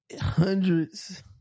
hundreds